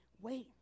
Wait